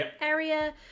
area